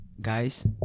Guys